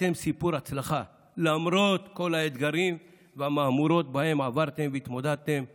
אתם סיפור הצלחה למרות כל האתגרים והמהמורות שעברתם והתמודדתם איתם.